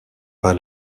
pas